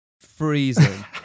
freezing